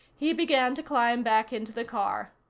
he began to climb back into the car.